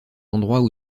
endroits